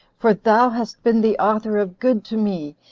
for thou hast been the author of good to me,